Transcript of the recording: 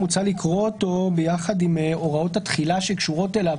מוצע לקרוא אותו ביחד עם הוראות התחילה שקשורות אליו